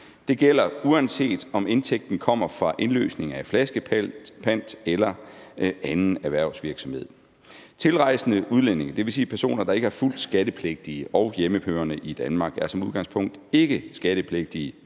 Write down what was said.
Det gælder, uanset om indtægten kommer fra indløsning af flaskepant eller fra anden erhvervsvirksomhed. Tilrejsende udlændinge, dvs. personer, der ikke er fuldt skattepligtige og hjemmehørende i Danmark, er som udgangspunkt ikke skattepligtige